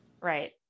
Right